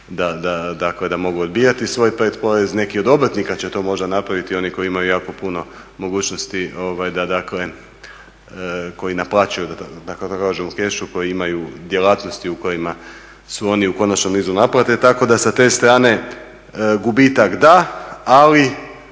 da mogu odbijati svoj predporez. Neki od obrtnika će to možda napraviti, oni koji imaju jako puno mogućnosti, koji naplaćuju u kešu, koji imaju djelatnosti u kojima su oni u konačnom nizu naplate. Tako da sa te strane gubitak da, ali